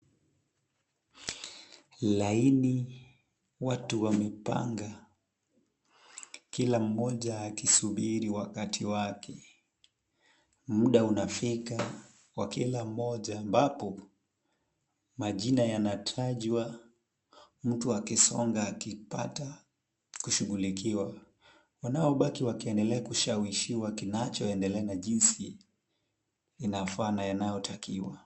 Laini watu wamepanga kila mmoja akisubiri wakati wake. Muda unafika kwa kila mmoja ambapo majina yanatajwa mtu akisonga akipata kushughulikiwa. Wanaobaki wakiendelea kushawishiwa kinachoendelea na jinsi inafaa na yanayotakiwa.